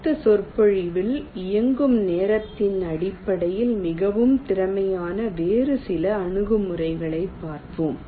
அடுத்த சொற்பொழிவில் இயங்கும் நேரத்தின் அடிப்படையில் மிகவும் திறமையான வேறு சில அணுகுமுறைகளைப் பார்ப்போம்